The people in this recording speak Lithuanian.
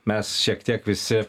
mes šiek tiek visi